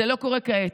לא זה לא קורה כעת.